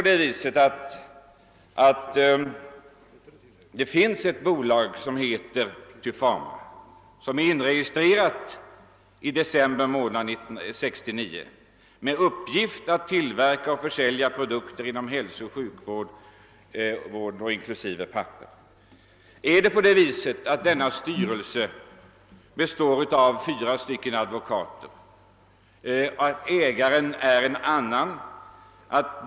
Finns det ett bolag som heter Tufama och som är inregistrerat i december 1969 med uppgift att tillverka och försälja produkter inom hälsooch sjukvården, inklusive produkter av papper? Består styrelsen i det bolaget av fyra advokater? Är ägaren en annan person?